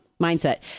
mindset